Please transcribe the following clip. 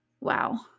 Wow